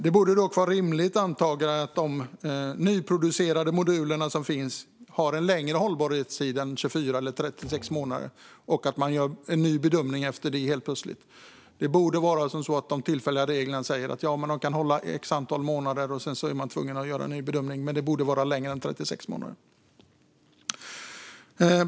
Det borde vara ett rimligt antagande att nyproducerade moduler har längre hållbarhetstid än 24 eller 36 månader så att man inte behöver göra en ny bedömning efter det. De tillfälliga reglerna borde säga att dessa moduler håller i X månader. Sedan är man tvungen att göra en ny bedömning, men det borde vara efter längre tid än 36 månader.